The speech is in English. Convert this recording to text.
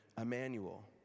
Emmanuel